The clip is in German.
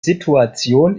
situation